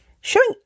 Showing